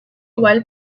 while